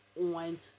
on